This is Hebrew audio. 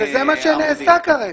וזה מה שנעשה כרגע.